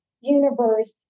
universe